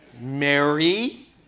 Mary